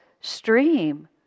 stream